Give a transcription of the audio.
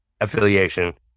affiliation